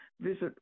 visit